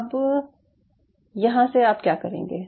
अब यहाँ से आप क्या करेंगे